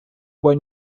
when